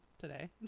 today